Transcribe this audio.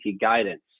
guidance